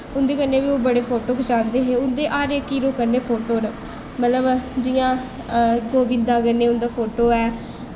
उं'दे कन्नै बी ओह् फोटो खचांदे हे हर इक हीरो कन्नै उं'दे फोटो न मतलब जि'यां गोबिंदा कन्नै फोटो ऐ